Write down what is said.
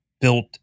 built